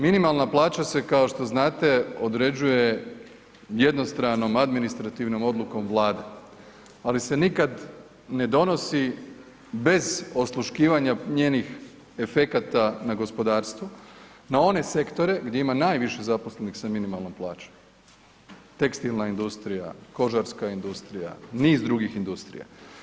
Minimalna plaća se kao što znate se određuje jednostranom administrativnom odlukom vlade, ali se nikad ne donosi bez osluškivanja njenih efekata na gospodarstvo, na one sektore gdje ima najviše zaposlenih s minimalnom plaćom, tekstilna industrija, kožarska industrija, niz drugih industrija.